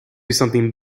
something